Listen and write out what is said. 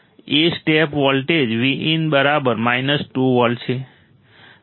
A step voltage Vin 2 volt છે